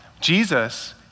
Jesus